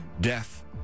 death